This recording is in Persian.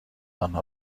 آنها